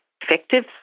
effective